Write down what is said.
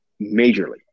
majorly